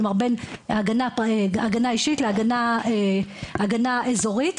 כלומר הגנה אישית להגנה אזורית.